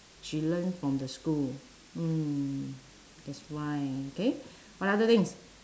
she learn from the school mm that's why okay what other things